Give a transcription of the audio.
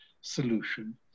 solution